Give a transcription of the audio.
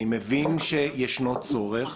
אני מבין שיש צורך.